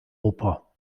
oper